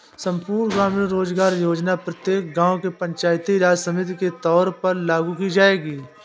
संपूर्ण ग्रामीण रोजगार योजना प्रत्येक गांव के पंचायती राज समिति के तौर पर लागू की जाएगी